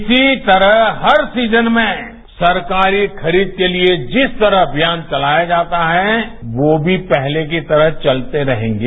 इसी तरह हर सीजन में सरकारी खरीद के लिए जिस तरह अभियान चलाया जाता है वो भी पहले की तरह चलते रहेंगे